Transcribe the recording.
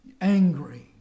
angry